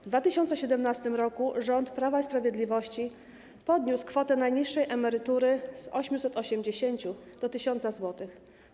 W 2017 r. rząd Prawa i Sprawiedliwości podniósł kwotę najniższej emerytury z 880 do 1000 zł.